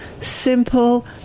simple